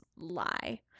lie